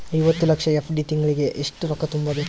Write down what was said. ಐವತ್ತು ಲಕ್ಷ ಎಫ್.ಡಿ ಗೆ ತಿಂಗಳಿಗೆ ಎಷ್ಟು ರೊಕ್ಕ ತುಂಬಾ ಬೇಕಾಗತದ?